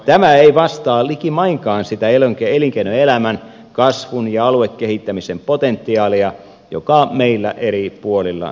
tämä ei vastaa likimainkaan sitä elinkeinoelämän kasvun ja aluekehittämisen potentiaalia joka meillä eri puolilla suomea on